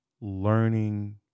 learning